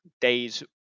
days